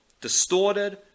distorted